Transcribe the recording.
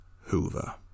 Hoover